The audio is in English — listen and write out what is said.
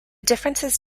differences